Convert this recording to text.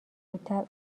زودتر